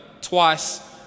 twice